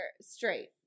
straight